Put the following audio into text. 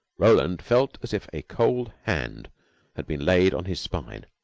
roland felt as if a cold hand had been laid on his spine.